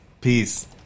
Peace